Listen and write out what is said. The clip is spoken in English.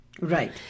Right